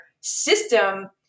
system